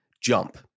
jump